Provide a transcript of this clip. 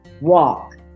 walk